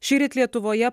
šįryt lietuvoje